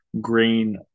grain